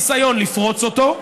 ניסיון לפרוץ אותה,